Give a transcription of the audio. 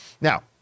Now